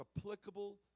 applicable